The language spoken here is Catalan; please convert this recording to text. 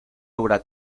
haurà